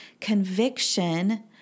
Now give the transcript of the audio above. conviction